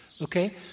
okay